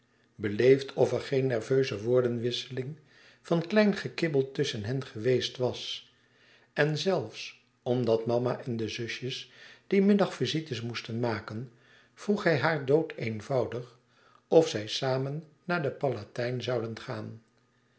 beleefd of er geen nerveuse woordenwisseling van klein gekibbel tusschen hen geweest was en zelfs omdat mama en de zusjes dien middag visites moesten maken vroeg hij haar dood-eenvoudig of zij samen naar den palatijn zouden gaan